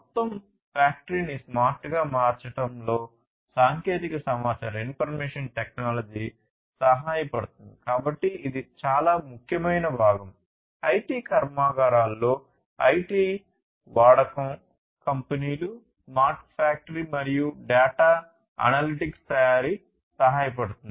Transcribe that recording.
మొత్తం ఫ్యాక్టరీని స్మార్ట్గా మార్చడంలో సాంకేతికత సమాచారo ఉంటుంది